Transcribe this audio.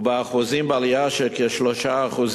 ובאחוזים, בעלייה של כ-3%.